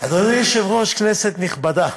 אדוני היושב-ראש, כנסת נכבדה,